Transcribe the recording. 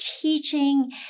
teaching